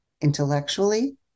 intellectually